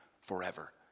forever